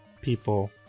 people